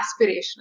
aspirational